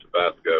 Tabasco